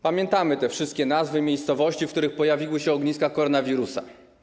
Pamiętamy te wszystkie nazwy miejscowości, w których pojawiły się ogniska koronawirusa.